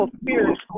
spirit